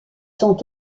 sont